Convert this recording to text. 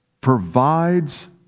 provides